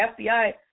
FBI